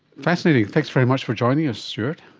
fascinating. thanks very much for joining us stuart.